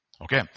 Okay